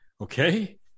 Okay